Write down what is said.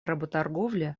работорговля